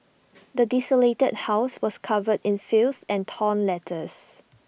the desolated house was covered in filth and torn letters